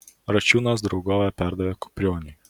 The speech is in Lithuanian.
račiūnas draugovę perdavė kuprioniui